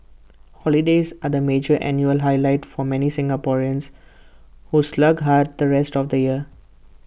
holidays are the major annual highlight for many Singaporeans who slog hard the rest of the year